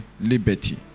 liberty